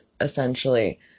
essentially